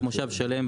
מושב שלם,